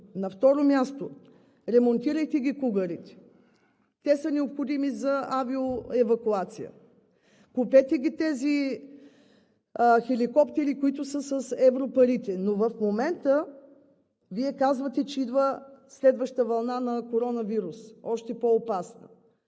На второ място, ремонтирайки кугърите, те са необходими за авиоевакуация – купете тези хеликоптери, които са с европарите, но в момента Вие казвате, че идва следваща още по-опасна